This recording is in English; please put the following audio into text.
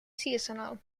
seasonal